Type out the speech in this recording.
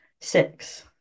Six